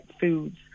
foods